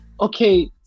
okay